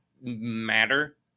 matter